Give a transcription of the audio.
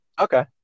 Okay